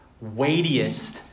weightiest